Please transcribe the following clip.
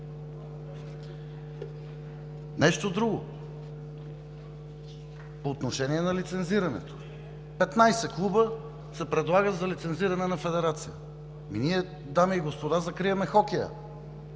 Нещо друго – по отношение на лицензирането – 15 клуба се предлага за лицензиране на федерация. Дами и господа, ние закриваме хокея